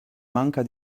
manca